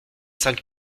cinq